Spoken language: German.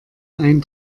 ein